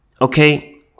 Okay